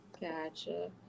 Gotcha